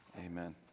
amen